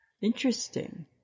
Interesting